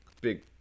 big